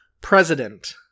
President